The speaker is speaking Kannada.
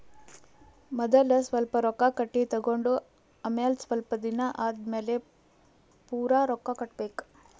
ಮದಲ್ ಸ್ವಲ್ಪ್ ರೊಕ್ಕಾ ಕಟ್ಟಿ ತಗೊಂಡ್ ಆಮ್ಯಾಲ ಸ್ವಲ್ಪ್ ದಿನಾ ಆದಮ್ಯಾಲ್ ಪೂರಾ ರೊಕ್ಕಾ ಕಟ್ಟಬೇಕ್